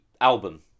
album